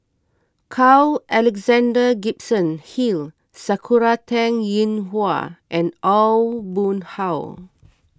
Carl Alexander Gibson Hill Sakura Teng Ying Hua and Aw Boon Haw